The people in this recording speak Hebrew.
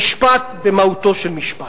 במשפט, במהותו של משפט,